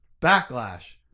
Backlash